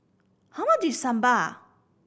how much is Sambar